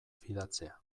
fidatzea